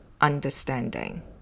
understanding